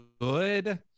good